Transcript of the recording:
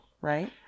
right